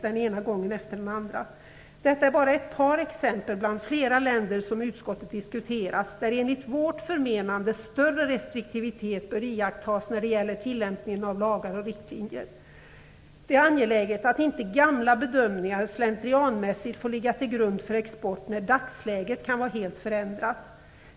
Detta är bara ett par exempel på länder bland flera som utskottet diskuterat, där enligt vårt förmenande större restriktivitet bör iakttas när det gäller tillämpningen av lagar och riktlinjer. Det är angeläget att inte gamla bedömningar slentrianmässigt får ligga till grund för export, eftersom dagsläget kan vara helt förändrat.